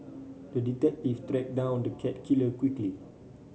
the detective tracked down the cat killer quickly